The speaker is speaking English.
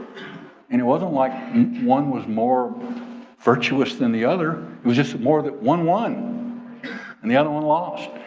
and it wasn't like one was more virtuous than the other. it was just more that one won and the other one lost.